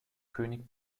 könig